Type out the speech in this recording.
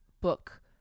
book